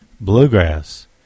Bluegrass